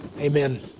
Amen